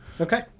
Okay